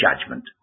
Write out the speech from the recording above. judgment